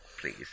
Please